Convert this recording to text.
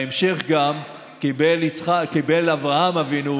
בהמשך גם קיבל אברהם אבינו